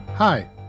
Hi